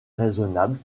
raisonnable